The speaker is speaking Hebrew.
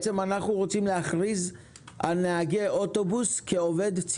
אנחנו רוצים להכריז על נהגי אוטובוס כעובדי